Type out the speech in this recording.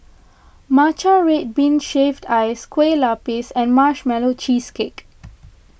Matcha Red Bean Shaved Ice Kue Lupis and Marshmallow Cheesecake